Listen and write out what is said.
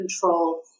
control